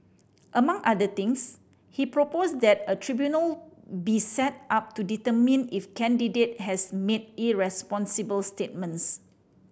among other things he proposed that a tribunal be set up to determine if candidate has made irresponsible statements